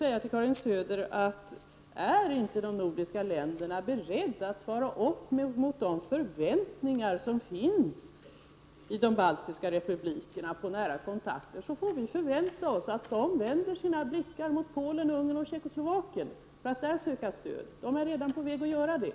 Är inte de nordiska länderna beredda att svara upp mot de förväntningar på nära kontakter som finns i de baltiska republikerna, måste vi räkna med att dessa länder vänder sin blickar mot Polen, Ungern och Tjeckoslovakien för att söka stöd där. De är redan på väg att göra det.